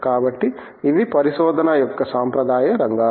కాబట్టి ఇవి పరిశోధన యొక్క సాంప్రదాయ రంగాలు